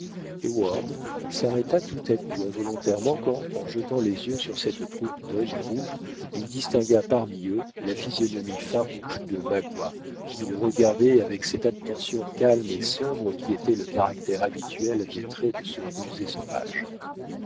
heyward s'arrêta tout à coup involontairement quand en jetant les yeux sur cette troupe d'hommes rouges il distingua parmi eux la physionomie farouche de magua qui le regardait avec cette attention calme et sombre qui était le caractère habituel des traits de ce rusé sauvage